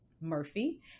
Murphy